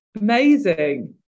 Amazing